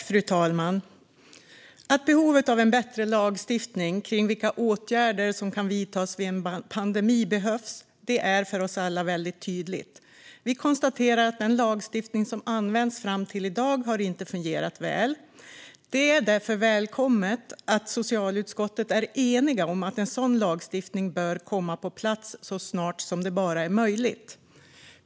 Fru talman! Behovet av en bättre lagstiftning kring vilka åtgärder som kan vidtas vid en pandemi är väldigt tydligt för oss alla. Vi konstaterar att den lagstiftning som använts fram till i dag inte har fungerat väl. Det är därför välkommet att socialutskottet är enigt om att en sådan lagstiftning bör komma på plats så snart som det bara är möjligt.